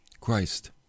Christ